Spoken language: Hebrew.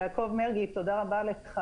יעקב מרגי, יושב-ראש הוועדה, תודה לך.